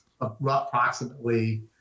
approximately